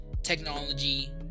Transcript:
technology